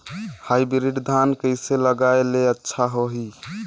Hybrid धान कइसे लगाय ले अच्छा होही?